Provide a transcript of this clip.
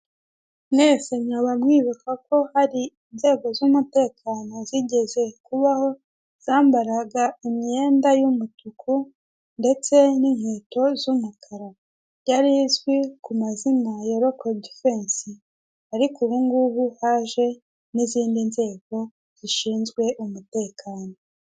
Mwese mwaba mwibuka ko hari inzego z'umutekano zigeze kubaho zambaraga imyenda y'umutuku, ndetse n'inkweto z'umukara yari izwi ku mazina ya rokodifensi ariko, ubu ngubu haje n'izindi nzego zishinzwe umutekano.